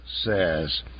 says